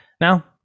Now